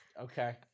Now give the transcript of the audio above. Okay